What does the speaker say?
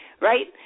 right